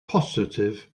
positif